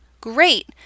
great